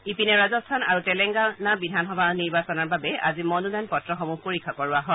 ইপিনে ৰাজস্থান আৰু তেলেংগানা বিধানসভা নিৰ্বাচনৰ বাবে আজি মনোনয়ন পত্ৰসমূহ পৰীক্ষা কৰোৱা হয়